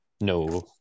No